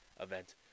event